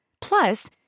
Plus